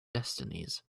destinies